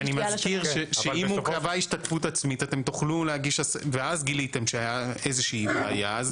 ואני מזכיר שאם הוא קבע השתתפות עצמית ואז גיליתם איזה שהיא בעיה,